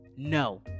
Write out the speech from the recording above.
No